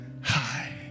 High